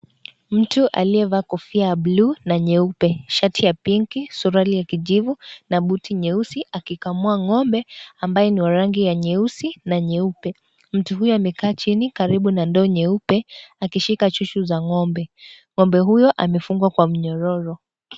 Mtu aliyevaa kofia ya bluu na nyeupe, shati ya pinki, suruali ya kijivu na buti nyeusi akikamua ngombe ambaye rangi ya nyeusi na nyeupe. Mtu huyo amekaa chini karibu na ndoo nyeupe akishika chuchu za ngombe , ngombe huyo amefungwa Kwa mnyororo.